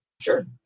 Sure